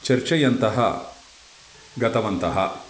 चर्चयन्तः गतवन्तः